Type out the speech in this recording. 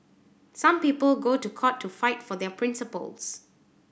some people go to court to fight for their principles